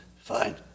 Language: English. fine